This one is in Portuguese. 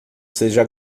seja